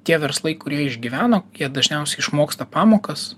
tie verslai kurie išgyveno jie dažniausiai išmoksta pamokas